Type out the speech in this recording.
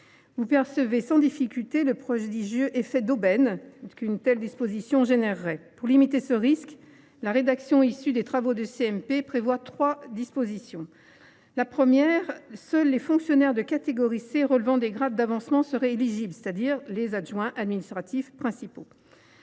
Vous percevez sans difficulté le prodigieux effet d’aubaine qu’une telle disposition créerait. Pour limiter ce risque, la rédaction issue des travaux de la commission mixte paritaire prévoit trois dispositions. Premièrement, seuls les fonctionnaires de catégorie C relevant des grades d’avancement seraient éligibles, c’est à dire, les adjoints administratifs principaux.